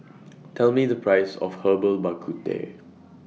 Tell Me The priceS of Herbal Bak Ku Teh